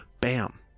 Bam